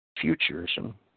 Futurism